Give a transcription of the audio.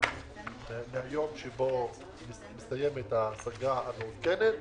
ליום שבו מסתיימת ההסגה המעודכנת,